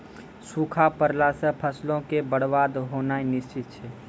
सूखा पड़ला से फसलो के बरबाद होनाय निश्चित छै